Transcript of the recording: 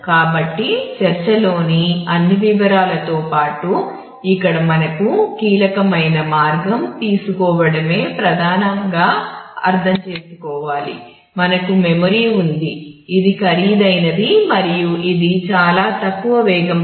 కాబట్టి చర్చలోని అన్ని వివరాలతో పాటు ఇక్కడ మనకు కీలకమైన మార్గం తీసుకోవడమే ప్రధానంగా అర్థం చేసుకోవాలి